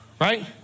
Right